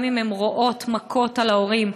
גם אם הן רואות מכות על ההורים,